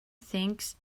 thinks